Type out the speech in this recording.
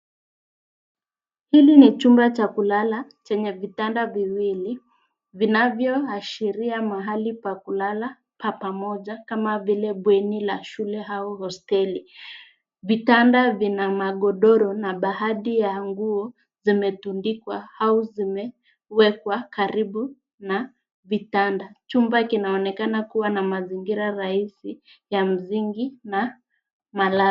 Hili ni chumba cha kulala chenye vitanda viwili vinavyoashiria mahali pa kulala pa pamoja kama vile bweni la shule au hosteli. Vitanda vina magodoro na baadhi ya nguo zimetundikwa au vimewekwa karibu na vitanda. Chumba kinaonekana kuwa na mazingira rahisi ya msingi na malazi.